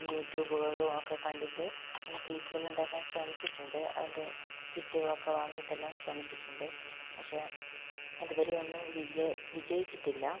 ഈ യൂട്യൂബുകളും ഒക്കെ കണ്ടിട്ട് അങ്ങനെ കേക്കുകൾ ഉണ്ടാക്കാൻ ശ്രമിച്ചിട്ടുണ്ട് അതിൻ്റെ കിറ്റുകളൊക്കെ വാങ്ങീട്ടെല്ലാം ശ്രമിച്ചിട്ടുണ്ട് പക്ഷെ ഇത് വരെ ഒന്നും വിജയ വിജയിച്ചിട്ടില്ല